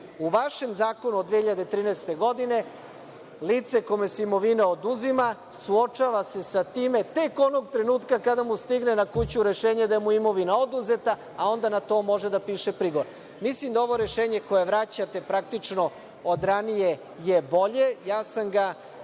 vašem zakonu od 2013. godine, lice kome se imovina oduzima suočava se sa time tek onog trenutka kada mu stigne na kuću rešenje da mu je imovina oduzeta, a onda na to može da piše prigovor. Mislim da ovo rešenje koje vraćate praktično od ranije je bolje,